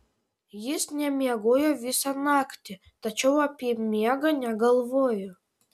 jis nemiegojo visą naktį tačiau apie miegą negalvojo